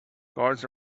guards